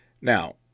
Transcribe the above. Now